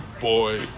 Boy